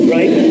Right